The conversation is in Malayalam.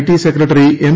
T secretary M